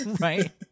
Right